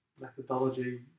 methodology